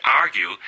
argue